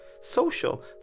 social